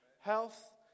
health